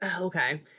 okay